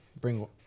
bring